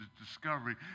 discovery